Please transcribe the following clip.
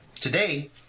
today